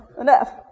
enough